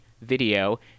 video